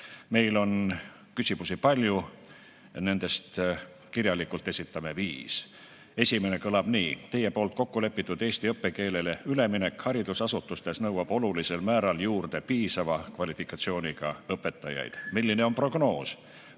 on küsimusi palju, nendest kirjalikult esitame viis. Esimene kõlab nii: "Teie poolt kokku lepitud eesti õppekeelele üleminek haridusasutustes nõuab olulisel määral juurde piisava kvalifikatsiooniga õpetajaid. Milline on prognoos